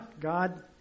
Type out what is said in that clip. God